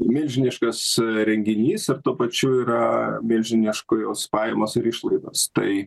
milžiniškas renginys ir tuo pačiu yra milžiniškos jos pajamos išlaidos tai